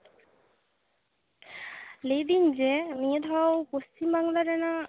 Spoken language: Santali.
ᱞᱟᱹᱭᱫᱟᱹᱧ ᱡᱮ ᱱᱤᱭᱟᱹᱫᱷᱟᱣ ᱯᱚᱥᱪᱤᱢ ᱵᱟᱝᱞᱟ ᱨᱮᱱᱟᱜ